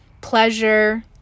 pleasure